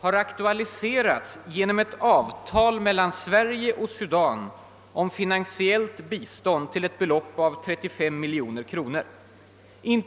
har aktualiserats genom att ett avtal mellan Sverige och Sudan om finansiellt bistånd till ett belopp av 35 miljoner kronor nyligen undertecknats.